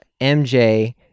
MJ